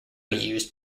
used